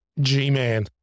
G-Man